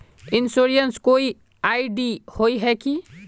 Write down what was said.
Insurance कोई ID होय है की?